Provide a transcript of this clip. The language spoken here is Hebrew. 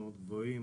יש עוד גופים?